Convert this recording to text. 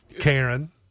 Karen